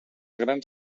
grans